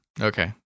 Okay